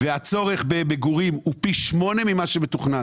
הצורך במגורים הוא פי שמונה ממה שמתוכנן.